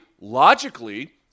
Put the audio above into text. Logically